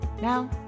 Now